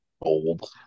old